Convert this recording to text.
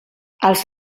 els